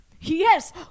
Yes